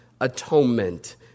Atonement